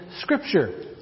Scripture